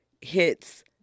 hits